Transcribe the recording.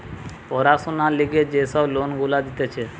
পড়াশোনার লিগে যে সব লোন গুলা দিতেছে